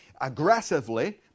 aggressively